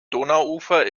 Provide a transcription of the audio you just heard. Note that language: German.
donauufer